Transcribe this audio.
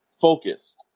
focused